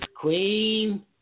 Queen